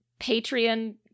Patreon